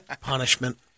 Punishment